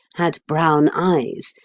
had brown eyes,